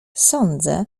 sądzę